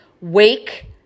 Wake